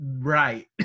right